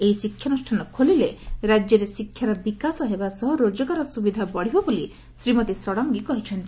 ଏହି ଶିକ୍ଷାନୁଷ୍ଠାନ ଖୋଲିଲେ ରାକ୍ୟରେ ଶିକ୍ଷାର ବିକାଶ ହେବା ସହ ରୋଜଗାର ସୁବିଧା ବଢିବ ବୋଲି ଶ୍ରୀମତୀ ଷଡଙ୍ଗୀ କହିଚ୍ଚନ୍ତି